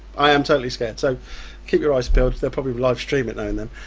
i am totally scared so keep your eyes peeled, they'll probably live stream it knowing them.